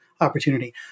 opportunity